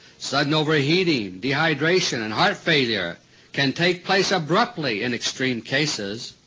sudden overheating, dehydration, and heart failure can take place abruptly in extreme cases.